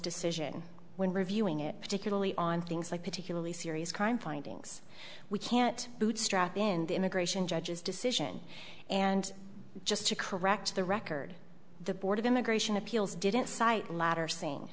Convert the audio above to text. decision when reviewing it particularly on things like particularly serious crime findings we can't bootstrap in the immigration judge's decision and just to correct the record the board of immigration appeals didn't cite latter saying